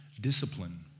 discipline